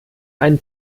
ein